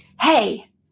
Hey